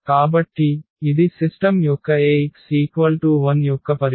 కాబట్టి ఇది సిస్టమ్ యొక్క Ax 0 యొక్క పరిష్కారం